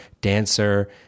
dancer